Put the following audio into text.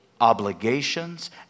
obligations